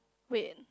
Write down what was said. wait